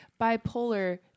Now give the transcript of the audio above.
bipolar